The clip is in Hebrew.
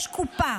יש קופה.